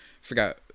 forgot